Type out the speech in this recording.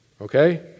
Okay